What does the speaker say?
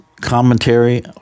Commentary